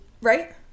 right